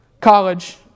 college